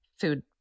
food